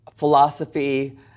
philosophy